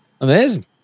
Amazing